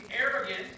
arrogant